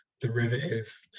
derivative